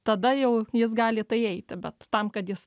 tada jau jis gali į tai eiti bet tam kad jis